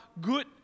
good